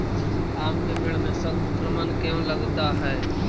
आम के पेड़ में संक्रमण क्यों लगता है?